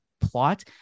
plot